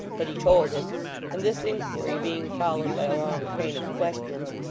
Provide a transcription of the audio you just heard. but he told him and this inquiry being followed by a long train of questions,